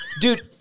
Dude